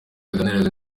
yaganiraga